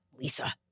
Lisa